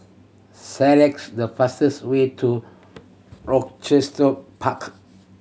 select the fastest way to Rochester Park